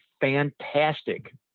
fantastic